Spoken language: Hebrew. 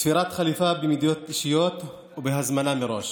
תפירת חליפה במידות אישיות ובהזמנה מראש.